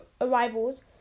arrivals